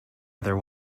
other